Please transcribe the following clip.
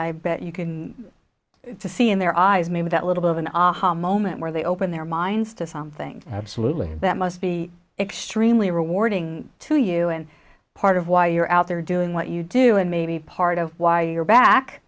i bet you can see in their eyes maybe that little bit of an aha moment where they open their minds to something absolutely that must be extremely rewarding to you and part of why you're out there doing what you do and maybe part of why you're back